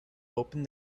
opened